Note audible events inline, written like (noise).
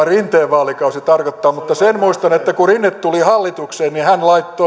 (unintelligible) rinteen vaalikausi tarkoittaa mutta sen muistan että kun rinne tuli hallitukseen niin hän laittoi